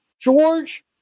George